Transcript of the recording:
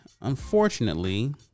unfortunately